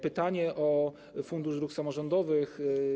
Pytanie o Fundusz Dróg Samorządowych.